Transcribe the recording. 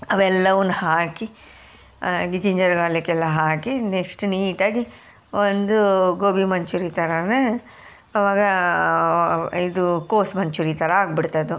ಅವೆಲ್ಲವನ್ನು ಹಾಕಿ ginger garlic ಎಲ್ಲ ಹಾಕಿ ನೆಕ್ಸ್ಟ್ ನೀಟಾಗಿ ಒಂದು ಗೋಬಿ ಮಂಚೂರಿ ಥರವೇ ಅವಾಗ ಇದು ಕೋಸು ಮಂಚೂರಿ ಥರ ಆಗ್ಬಿಡ್ತು ಅದು